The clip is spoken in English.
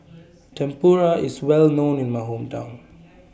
Tempura IS Well known in My Hometown